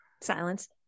silence